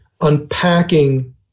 Unpacking